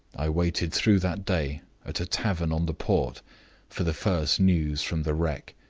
i waited through that day at a tavern on the port for the first news from the wreck.